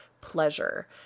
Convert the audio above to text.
pleasure